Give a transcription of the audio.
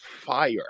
fire